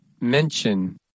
Mention